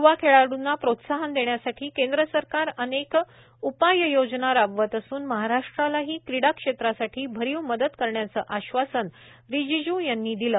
यूवा खेळापूंना प्रोत्साहन देण्यासाठी केंद्र सरकार अनेक उपाययोजना राबवत असून महाराष्ट्रालाही क्री ा क्षेत्रासाठी भरीव मदत करण्याचं आश्वासन रीजीजू यांनी दिलं